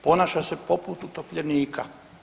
Ponaša se poput utopljenika.